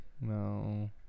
No